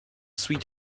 sweets